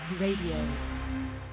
Radio